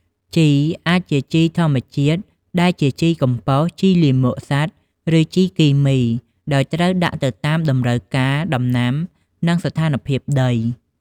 ជីអាចជាជីធម្មជាតិ ដែលជា ជីកំប៉ុស្ត ជីលាមកសត្វ ឬជីគីមី ដោយត្រូវដាក់ទៅតាមតម្រូវការដំណាំ និងស្ថានភាពដី។